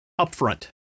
upfront